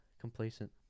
Complacent